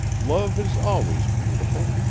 love is always beautiful.